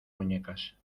muñecas